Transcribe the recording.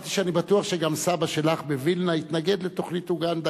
אמרתי שאני בטוח שגם סבא שלך בווילנה התנגד לתוכנית אוגנדה,